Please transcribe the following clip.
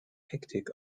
hektik